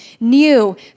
new